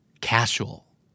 Casual